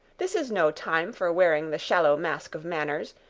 this is no time for wearing the shallow mask of manners.